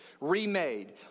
Remade